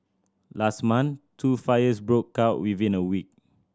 last month two fires broke out within a week